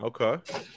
Okay